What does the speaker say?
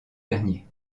dernier